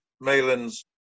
Malin's